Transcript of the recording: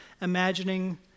imagining